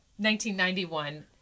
1991